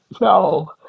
No